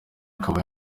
akaba